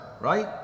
right